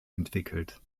entwickelt